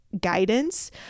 guidance